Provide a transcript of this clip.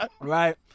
Right